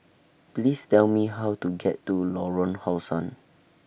Please Tell Me How to get to Lorong How Sun